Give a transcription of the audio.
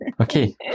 Okay